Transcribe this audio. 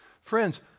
Friends